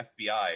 FBI